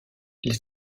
les